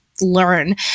learn